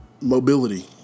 mobility